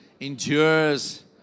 endures